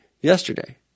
yesterday